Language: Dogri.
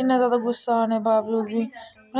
इ'न्ना ज्यादा गुस्सा आने दे बाबजुद बी